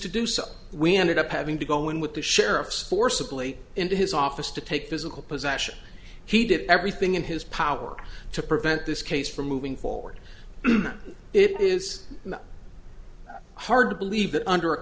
to do so we ended up having to go in with the sheriff's forcibly and his office to take physical possession he did everything in his power to prevent this case from moving forward it is hard to believe that under a